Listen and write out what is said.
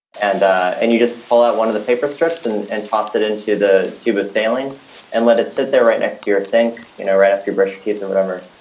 and ah and you just pull out one of the paper strips and and toss it into the tube of sailing and let it sit there right next to your sink, you know right after you brush your teeth or whatever.